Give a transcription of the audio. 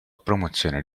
promozione